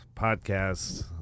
Podcast